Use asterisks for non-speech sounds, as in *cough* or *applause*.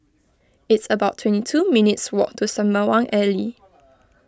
*noise* it's about twenty two minutes' walk to Sembawang Alley